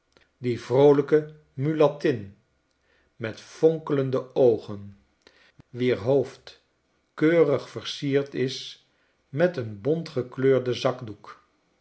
die vroolijke mulattin met vonkelende oogen wier hoofd keurig versierd is met een bontgekleurden zakdoek